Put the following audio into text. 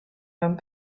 mewn